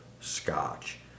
scotch